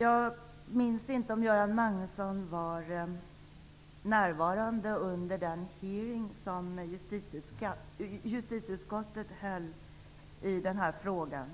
Jag minns inte om Göran Magnusson var närvarande under den hearing som justitieutskottet höll i denna fråga.